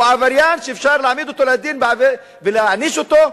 הוא עבריין ואפשר להעמיד אותו לדין ולהעניש אותו,